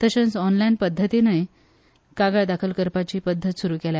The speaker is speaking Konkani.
तशेंच ओनलाईन पद्दतीनूय कागाळ दाखल करपाची पद्दत सुरू केल्या